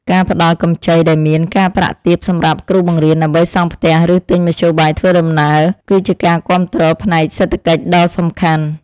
ការផ្តល់កម្ចីដែលមានការប្រាក់ទាបសម្រាប់គ្រូបង្រៀនដើម្បីសង់ផ្ទះឬទិញមធ្យោបាយធ្វើដំណើរគឺជាការគាំទ្រផ្នែកសេដ្ឋកិច្ចដ៏សំខាន់។